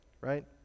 right